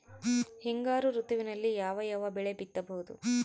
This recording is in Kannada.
ಹಿಂಗಾರು ಋತುವಿನಲ್ಲಿ ಯಾವ ಯಾವ ಬೆಳೆ ಬಿತ್ತಬಹುದು?